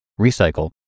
recycle